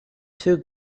two